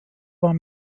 war